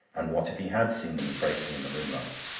and what if he had seen them embracing in the moonlight?